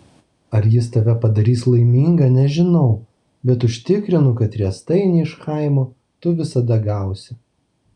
ar jis tave padarys laimingą nežinau bet užtikrinu kad riestainį iš chaimo tu visada gausi